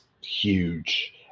huge